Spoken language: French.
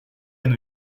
new